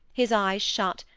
his eyes shut,